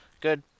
Good